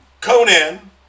Conan